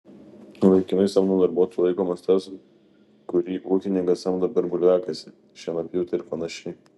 laikinai samdomu darbuotoju laikomas tas kurį ūkininkas samdo per bulviakasį šienapjūtę ir panašiai